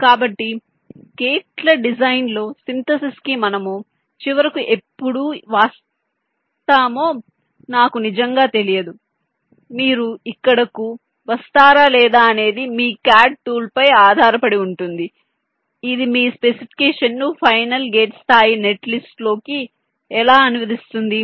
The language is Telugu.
కాబట్టి గేట్ల డిజైన్ లో సింథసిస్ కి మనము చివరకు ఎప్పుడు వస్తామో నాకు నిజంగా తెలియదు మీరు ఇక్కడ కు వస్తారా లేదా అనేది మీ CAD టూల్ పై ఆధారపడి ఉంటుంది ఇది మీ స్పెసిఫికేషన్ను ఫైనల్ గేట్ స్థాయి నెట్ లిస్ట్ లోకి ఎలా అనువదిస్తుంది